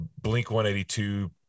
Blink-182